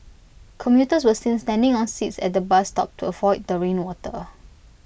commuters were seen standing on seats at the bus stop to avoid the rain water